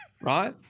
Right